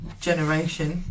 generation